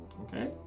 Okay